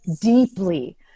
deeply